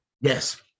Yes